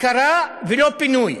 הכרה ולא פינוי.